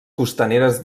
costaneres